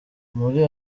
muri